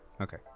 Okay